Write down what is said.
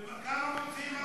וכמה מוציאים על הביטחון?